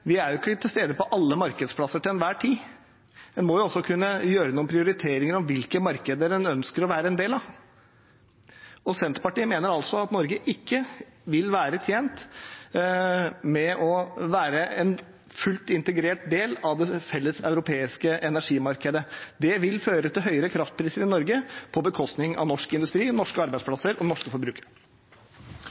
ikke til stede på alle markedsplasser til enhver tid. En må også kunne gjøre noen prioriteringer om hvilke markeder en ønsker å være en del av, og Senterpartiet mener at Norge ikke vil være tjent med å være en fullt integrert del av det felles europeiske energimarkedet. Det vil føre til høyere kraftpriser i Norge på bekostning av norsk industri, norske arbeidsplasser og norske forbrukere.